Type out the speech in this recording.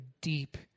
deep